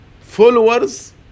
followers